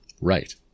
Right